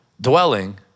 dwelling